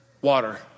water